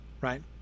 right